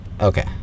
okay